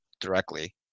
directly